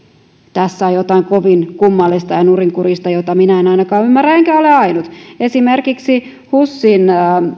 tässä on jotain kovin kummallista ja nurinkurista mitä ainakaan minä en ymmärrä enkä ole ainut esimerkiksi husin